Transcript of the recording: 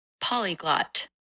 polyglot